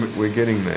we're getting there.